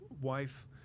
wife